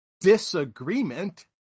disagreement